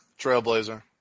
trailblazer